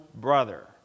brother